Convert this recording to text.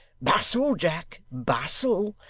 bustle, jack, bustle.